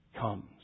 comes